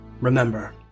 Remember